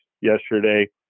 yesterday